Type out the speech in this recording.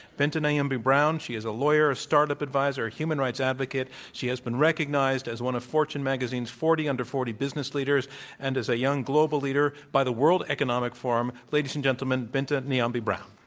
binta niambi brown. she is a lawyer, a startup adviser, a human rights advocate. she has been recognized as one of fortune magazine's forty under forty business leaders and as a young global leader by the world economic forum. ladies and gentlemen, binta niambi brown.